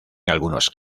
algunos